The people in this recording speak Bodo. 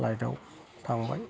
फ्लाइटाव थांबाय